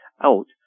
out